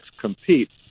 compete